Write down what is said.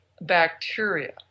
bacteria